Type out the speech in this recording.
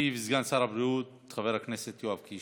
ישיב סגן שר הבריאות חבר הכנסת יואב קיש,